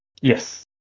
Yes